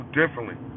differently